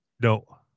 No